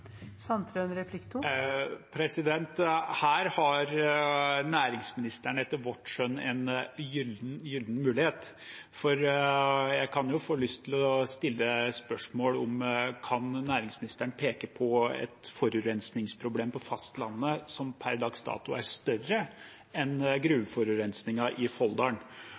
Her har næringsministeren etter vårt skjønn en gylden mulighet, for jeg kan jo få lyst til å stille spørsmål om næringsministeren kan peke på et forurensingsproblem på fastlandet som per dags dato er større enn gruveforurensingen i